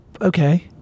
okay